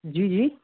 जी जी